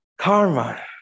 Karma